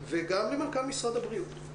וגם למנכ"ל משרד הבריאות.